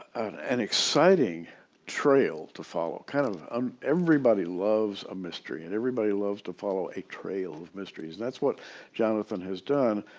an exciting trail to follow. kind of um everybody loves a mystery and everybody loves to follow a trail of mysteries. that's what jonathan has done.